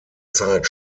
zeit